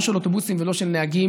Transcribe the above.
לא של אוטובוסים ולא של נהגים,